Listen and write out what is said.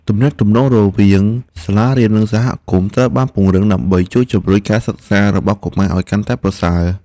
ទំនាក់ទំនងរវាងសាលានិងសហគមន៍ត្រូវបានពង្រឹងដើម្បីជួយជំរុញការសិក្សារបស់កុមារឱ្យកាន់តែប្រសើរ។